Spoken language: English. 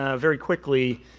ah very quickly,